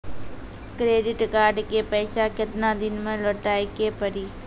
Credit card के पैसा केतना दिन मे लौटाए के पड़ी?